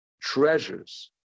treasures